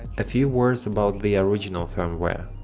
a few words about the original firmware.